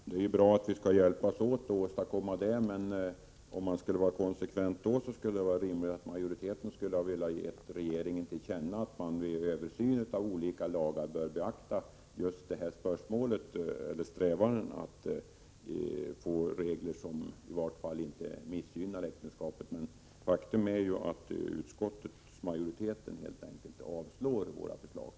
Herr talman! Det är bra att vi skall hjälpas åt att åstadkomma förändringar. Men för att vara konsekvent borde utskottsmajoriteten då ha varit med om att föreslå att riksdagen som sin mening skulle ge regeringen till känna att man vid översynen av olika lagar bör beakta strävandena att få regler som i varje fall inte missgynnar äktenskapet. Faktum är emellertid att utskottsmajoriteten helt enkelt avstyrker våra motioner.